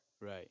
right